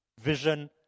Vision